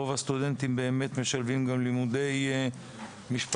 רוב הסטודנטים באמת משלבים גם לימודי משפטים,